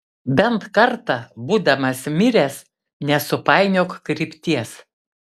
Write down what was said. bent kartą būdamas miręs nesupainiok krypties